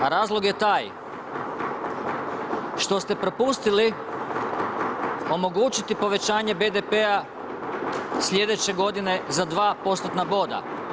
A razlog je taj što ste propustili omogućiti povećanje BDP-a sljedeće godine za 2 postotna boda.